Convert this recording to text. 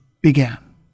began